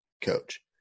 coach